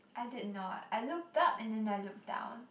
I did not I looked up and then I looked down